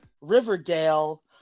Riverdale